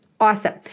Awesome